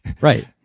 right